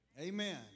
Amen